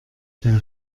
der